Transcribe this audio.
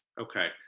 Okay